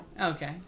Okay